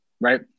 right